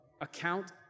account